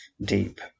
deep